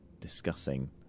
discussing